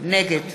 נגד